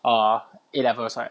err A levels right